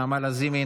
נעמה לזימי,